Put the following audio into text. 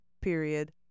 period